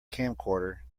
camcorder